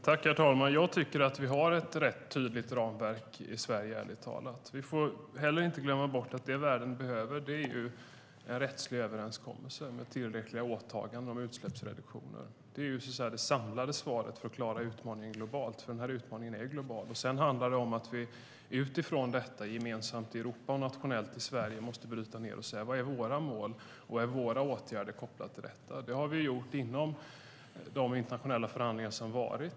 Herr talman! Jag tycker ärligt talat att vi har ett rätt tydligt ramverk i Sverige. Vi får heller inte glömma bort att det världen behöver är en rättslig överenskommelse med tillräckliga åtaganden om utsläppsreduktioner. Det är det samlade svaret för att klara utmaningen globalt, för den här utmaningen är global. Sedan handlar det om att vi utifrån detta gemensamt i Europa och nationellt i Sverige måste bryta ned och se vad våra mål och åtgärderna kopplade till dessa mål är. Det har vi gjort inom de internationella förhandlingar som har varit.